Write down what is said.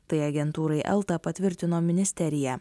tai agentūrai elta patvirtino ministerija